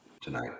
tonight